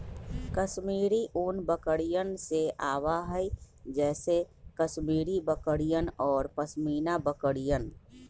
कश्मीरी ऊन बकरियन से आवा हई जैसे कश्मीरी बकरियन और पश्मीना बकरियन